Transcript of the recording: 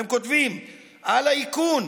והם כותבים על האיכון: